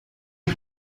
jim